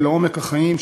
אלא עומק החיים,